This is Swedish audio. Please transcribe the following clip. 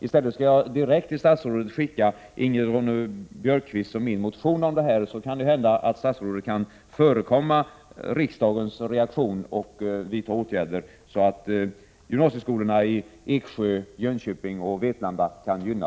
I stället skickar jag direkt till statsrådet den motion Ingrid Ronne-Björkqvist och jag har skrivit om detta, så kanske statsrådet kan förekomma riksdagens reaktion och vidta åtgärder som kan gynna gymnasieskolorna i Eksjö, Jönköping och Vetlanda.